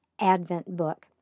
adventbook